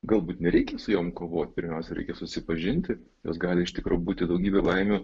galbūt nereikia su jom kovoti pirmiausia reikia susipažinti jos gali iš tikro būti daugybė baimių